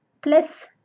plus